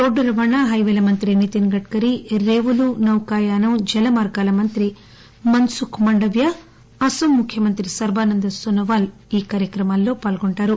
road రవాణా హైపేల మంత్రి నితిన్ గడ్కరీ రేవులు నౌకాయానం జలమార్గాల మంత్రి మన్సుక్ మాండవియా అస్పాం ముఖ్యమంత్రి సర్భానంద సోనోవాల్ ఈ కార్యక్రమాల్లో పాల్గొంటారు